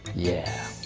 yeah.